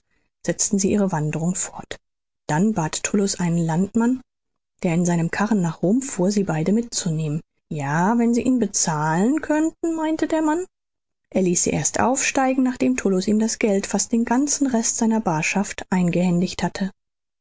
setzten sie ihre wanderung fort dann bat tullus einen landmann der in seinem karren nach rom fuhr sie beide mitzuehmen ja wenn sie ihn bezahlen könnten meinte der mann er ließ sie erst aufsteigen nachdem tullus ihm das geld fast den ganzen rest seiner baarschaft eingehändigt hatte